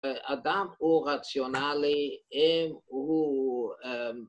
‫האדם הוא רציונלי אם הוא...